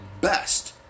best